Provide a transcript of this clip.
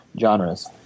genres